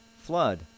flood